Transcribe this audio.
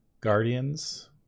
Guardians